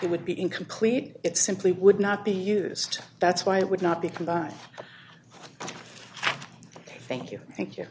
it would be incomplete it simply would not be used that's why it would not be provide thank you thank you